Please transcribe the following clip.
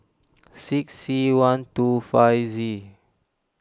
six C one two five Z